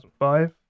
2005